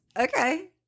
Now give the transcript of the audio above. okay